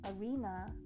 arena